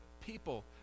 people